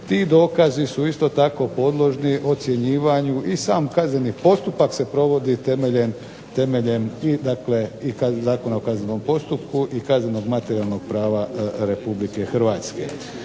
ti dokazi su isto tako podložni ocjenjivanju, i sam kazneni postupak se provodi temeljem i dakle i Zakona o kaznenom postupku, i kazneno-materijalnog prava Republike Hrvatske.